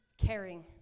caring